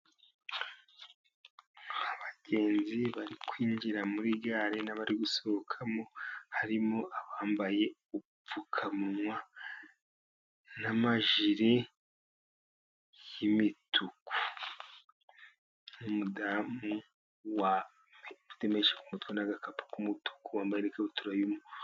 Abagenzi bari kwinjira muri gare. N'abari gusohokamo. harimo abambaye ubupfukamunwa n'amajiri y'imituku n'umudamu ufite meshe ku mutwe n'agakapu k'umutuku wambaye ikabutura y'umu...